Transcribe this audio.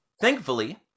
Thankfully